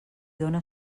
dóna